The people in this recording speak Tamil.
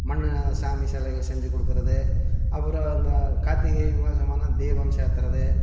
மண் சாமி சிலைகள் செஞ்சு கொடுக்குறது அப்பறம் அந்தக் கார்த்திகை மாதமானா தீபம் சேத்துறது